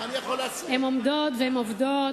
נשים עומדות ועובדות.